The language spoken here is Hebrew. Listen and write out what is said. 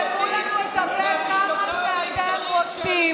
תסתמו לנו את הפה כמה שאתם רוצים,